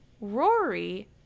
Rory